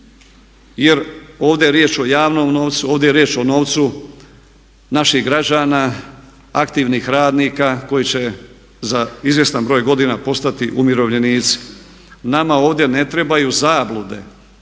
jer ovdje je riječ o javnom novcu, ovdje je riječ o novcu naših građana, aktivnih radnika koji će za izvjestan broj godina postati umirovljenici. Nama ovdje ne trebaju zablude,